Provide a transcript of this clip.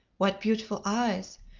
what beautiful eyes!